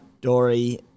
Dory